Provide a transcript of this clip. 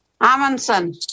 Amundsen